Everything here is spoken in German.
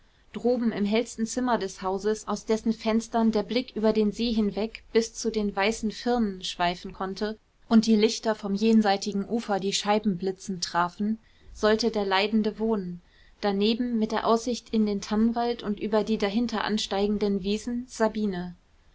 droben im hellsten zimmer des hauses aus dessen fenstern der blick über den see hinweg bis zu den weißen firnen schweifen konnte und die lichter vom jenseitigen ufer die scheiben blitzend trafen sollte der leidende wohnen daneben mit der aussicht in den tannenwald und über die dahinter ansteigenden wiesen sabine